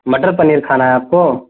मटर पनीर खाना है आपको